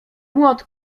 młot